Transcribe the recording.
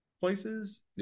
places